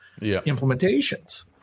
implementations